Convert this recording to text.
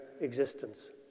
existence